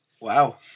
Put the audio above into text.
Wow